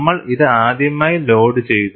നമ്മൾ ഇത് ആദ്യമായി ലോഡുചെയ്തു